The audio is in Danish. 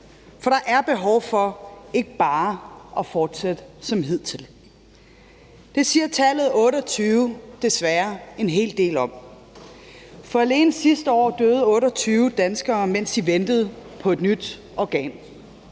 for der er behov for ikke bare at fortsætte som hidtil. Det siger tallet 28 desværre en hel del om, for alene sidste år døde 28 danskere, mens de ventede på et nyt organ.